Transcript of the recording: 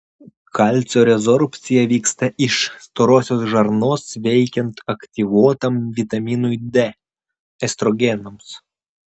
kalcio rezorbcija vyksta iš storosios žarnos veikiant aktyvuotam vitaminui d estrogenams